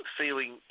feeling